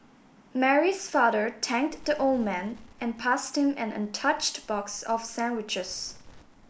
Mary's father thanked the old man and passed him an untouched box of sandwiches